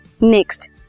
Next